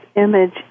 image